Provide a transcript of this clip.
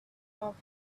off